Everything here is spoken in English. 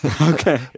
Okay